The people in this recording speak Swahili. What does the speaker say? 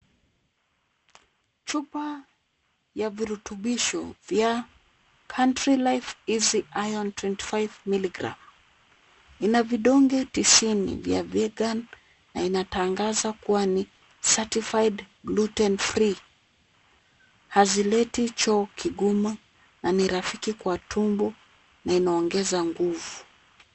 Chupa ya virutubisho vya Country Life Easy Iron twenty-five milligram . Ina vidonge tisini vya vegan na inatangaza kuwa ni certified gluten-free . Hazileti choo kigumu na ni rafiki kwa tumbo na inaongeza nguvu.